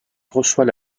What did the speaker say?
reçoit